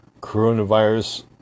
coronavirus